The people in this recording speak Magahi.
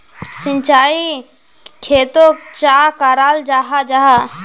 सिंचाई खेतोक चाँ कराल जाहा जाहा?